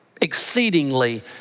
exceedingly